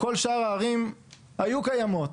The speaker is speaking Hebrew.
כל שאר הערים היו קיימות.